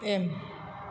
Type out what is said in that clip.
M